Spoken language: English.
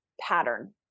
pattern